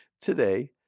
today